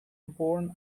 born